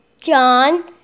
John